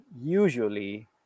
usually